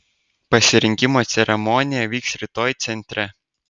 pasirinkimo ceremonija vyks rytoj centre